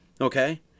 Okay